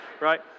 right